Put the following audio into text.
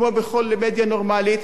כמו בכל מדיה נורמלית,